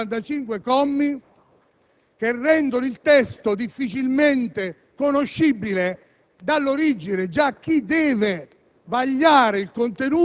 1.365 commi, che rendono il testo difficilmente conoscibile all'origine già per